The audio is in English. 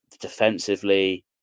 defensively